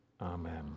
Amen